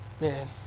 Man